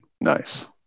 Nice